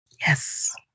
Yes